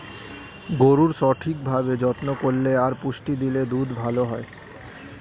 গরুর সঠিক ভাবে যত্ন করলে আর পুষ্টি দিলে দুধ ভালো হয়